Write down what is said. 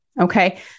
Okay